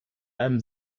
einem